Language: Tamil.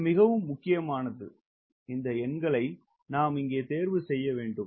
இது மிகவும் முக்கியமானது இந்த எண்களை நாம் இங்கே தேர்வு செய்ய வேண்டும்